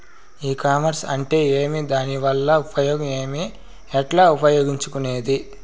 ఈ కామర్స్ అంటే ఏమి దానివల్ల ఉపయోగం ఏమి, ఎట్లా ఉపయోగించుకునేది?